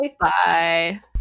Bye